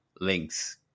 links